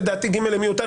לדעתי (ג) מיותר,